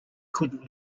couldn’t